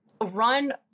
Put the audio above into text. run